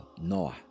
Noah